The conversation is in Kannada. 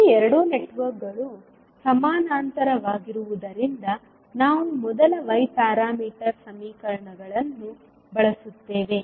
ಈ 2 ನೆಟ್ವರ್ಕ್ಗಳು ಸಮಾನಾಂತರವಾಗಿರುವುದರಿಂದ ನಾವು ಮೊದಲ y ಪ್ಯಾರಾಮೀಟರ್ ಸಮೀಕರಣಗಳನ್ನು ಬಳಸುತ್ತೇವೆ